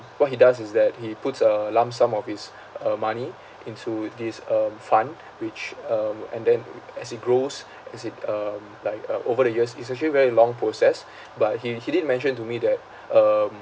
what he does is that he puts a lump sum of his uh money into this um fund which um and then as it grows as it um like uh over the years it's actually very long process but he he did mention to me that um